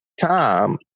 time